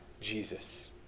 Jesus